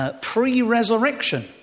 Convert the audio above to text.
pre-resurrection